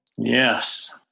Yes